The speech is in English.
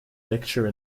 lecture